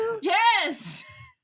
Yes